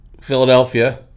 Philadelphia